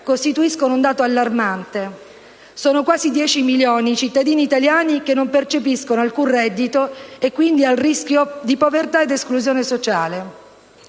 costituiscono un dato allarmante. Sono quasi 10 milioni i cittadini italiani che non percepiscono alcun reddito e che, quindi, sono a rischio di povertà e di esclusione sociale.